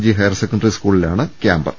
G higher secondary സ്കൂളിലാണ് camp